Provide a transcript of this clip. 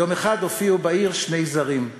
יום אחד הופיעו בעיר שני זרים.